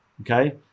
Okay